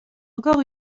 encore